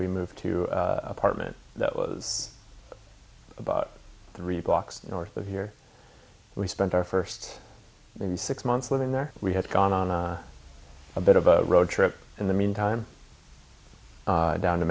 remove two apartment that was about three blocks north of here we spent our first six months living there we had gone on a bit of a road trip in the meantime down to